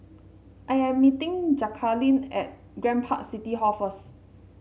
I am meeting Jacalyn at Grand Park City Hall first